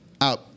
out